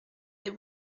les